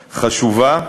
החשובה.